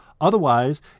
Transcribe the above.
Otherwise